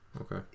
okay